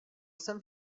jsem